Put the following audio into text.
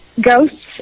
ghosts